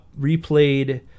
Replayed